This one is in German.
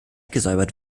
gesäubert